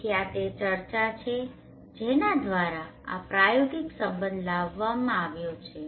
તેથી આ તે ચર્ચા છે જેના દ્વારા આ પ્રયોગિક સંબંધ લાવવામાં આવ્યો છે